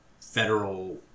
federal